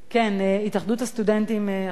התאחדות הסטודנטים עכשיו בוחנת,